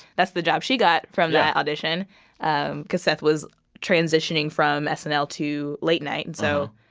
that's the job she got from the audition um because seth was transitioning from snl to late night. and so,